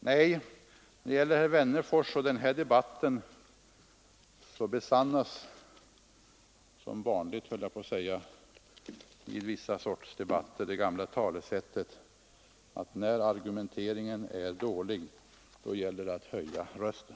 Nej, när det gäller herr Wennerfors och den här debatten besannas — som vanligt, höll jag på att säga — det gamla talesättet att när argumenteringen är dålig så höjer man rösten.